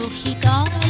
he will